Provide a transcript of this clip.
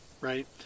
right